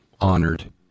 honored